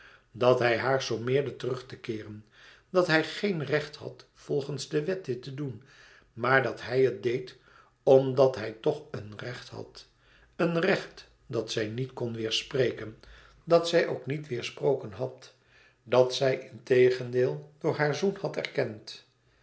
dat hij haar sommeerde terug te keeren dat hij geen recht had volgens de wet dit te doen maar dat hij het deed omdat hij tch een recht had een recht dat zij niet kon weêrspreken dat zij ook niet weêrsproken had dat zij integendeel door haar zoen had erkend